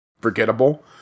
forgettable